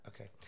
okay